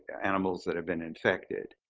animals that have been infected.